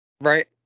Right